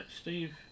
Steve